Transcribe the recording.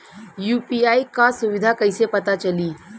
UPI क सुविधा कैसे पता चली?